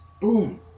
boom